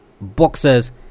boxers